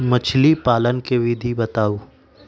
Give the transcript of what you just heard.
मछली पालन के विधि बताऊँ?